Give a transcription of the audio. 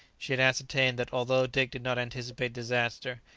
she had ascertained that although dick did not anticipate disaster,